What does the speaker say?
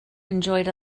enjoyed